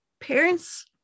parents